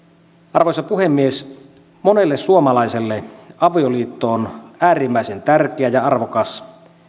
arvoisa puhemies monelle suomalaiselle avioliitto on äärimmäisen tärkeä ja ja arvokas